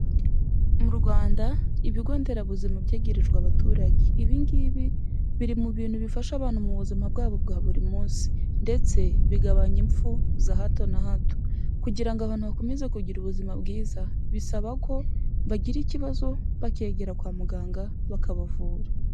Mu Rwanda ibigo nderabuzima byegerejwe abaturage, ibi ngibi biri mu bintu bifasha abantu mu buzima bwabo bwa buri munsi ndetse bigabanya impfu za hato na hato, kugira ngo abantu bakomeze kugira ubuzima bwiza bisaba ko bagira ikibazo bakegera kwa muganga bakabavura.